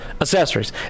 accessories